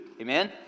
Amen